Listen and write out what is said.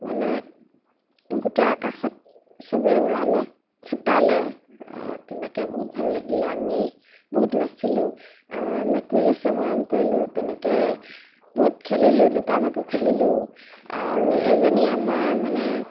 মানে গোটেই আকাশত চবে উৰালে ফুটালে তেনেকৈ বহুত ভাল লাগিলে আমি বহুত নাচিলোঁ আমাৰ মেকুৰী আছে মৰম কৰিলোঁ তেনেকৈ বহুত খেলিলোঁ লুকাভাকু খেলিলোঁ আৰু এজনী আমাৰ মানে